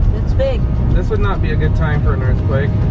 it's big this would not be a good time for an earthquake